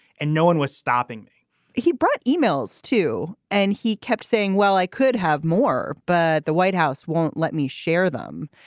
and no one was stopping me he brought yeah e-mails to and he kept saying, well, i could have more. but the white house won't let me share them.